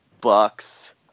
Bucks